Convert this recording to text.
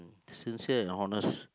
sincere and honest